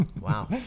wow